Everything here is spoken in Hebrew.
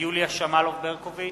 יוליה שמאלוב-ברקוביץ,